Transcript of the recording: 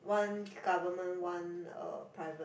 one government one uh private